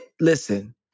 listen